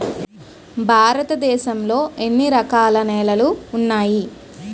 భారతదేశం లో ఎన్ని రకాల నేలలు ఉన్నాయి?